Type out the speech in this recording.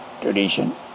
tradition